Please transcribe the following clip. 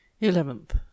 eleventh